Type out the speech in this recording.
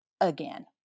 again